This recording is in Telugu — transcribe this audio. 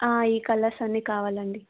ఈ కలర్స్ అన్నీ కావాలి అండి